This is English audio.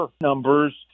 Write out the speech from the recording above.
numbers